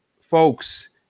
folks